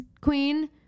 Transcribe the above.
queen